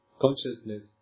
consciousness